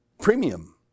premium